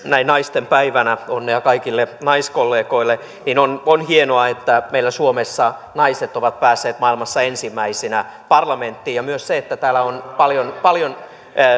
näin naisten päivänä onnea kaikille naiskollegoille on on hienoa että meillä suomessa naiset ovat päässeet maailmassa ensimmäisinä parlamenttiin ja myös se että täällä on paljon